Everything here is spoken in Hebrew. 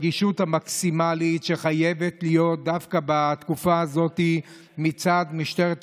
המקסימלית שחייבת להיות דווקא בתקופה הזו מצד משטרת ישראל,